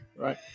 Right